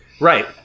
Right